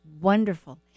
Wonderful